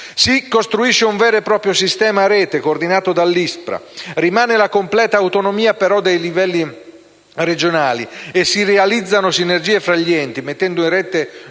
Si costruisce un vero e proprio sistema a rete, coordinato dall'ISPRA. Rimane però la completa autonomia dei livelli regionali e si realizzano sinergie fra gli enti, mettendo in rete